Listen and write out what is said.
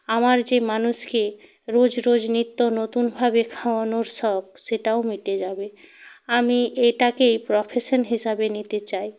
আমার যে মানুষকে রোজ রোজ নিত্য নতুনভাবে খাওয়ানোর শখ সেটাও মিটে যাবে আমি এটাকেই প্রফেশান হিসাবে নিতে চাই